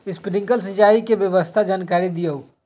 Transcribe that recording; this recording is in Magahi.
स्प्रिंकलर सिंचाई व्यवस्था के जाकारी दिऔ?